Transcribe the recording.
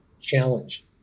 challenge